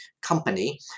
company